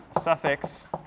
suffix